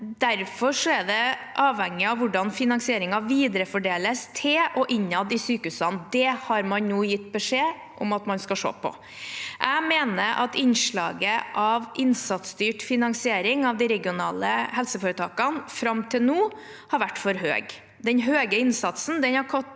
Derfor er det avhengig av hvordan finansieringen viderefordeles til og innad i sykehusene. Det har man nå gitt beskjed om at man skal se på. Jeg mener at innslaget av innsatsstyrt finansiering av de regionale helseforetakene fram til nå har vært for høyt. Den høye innsatsen kan ha